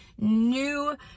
new